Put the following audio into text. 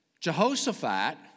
Jehoshaphat